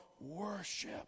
worship